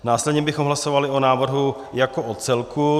Následně bychom hlasovali o návrhu jako o celku.